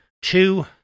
two